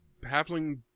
Halfling